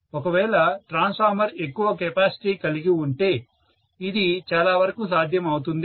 ఒకవేళ ట్రాన్స్ఫార్మర్ ఎక్కువ కెపాసిటీ కలిగి ఉంటే ఇది చాలా వరకు సాధ్యం అవుతుంది